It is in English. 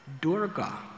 Durga